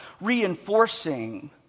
reinforcing